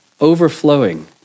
overflowing